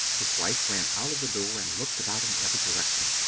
his wife ran out of the door and looked about in every direction.